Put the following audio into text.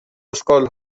اشغال